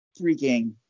freaking